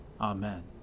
Amen